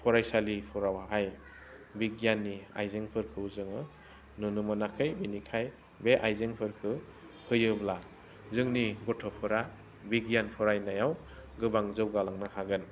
फरायसालिफोरावहाय बिगियाननि आइजेंफोरखौ जोङो नुनो मोनाखै बिनिखाय बे आइजेंफोरखौ होयोब्ला जोंनि गथ'फोरा बिगियान फरायनायाव गोबां जौगालांनो हागोन